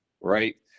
right